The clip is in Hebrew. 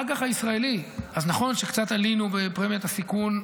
האג"ח הישראלי, נכון שקצת עלינו בפרמיית הסיכון,